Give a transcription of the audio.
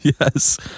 Yes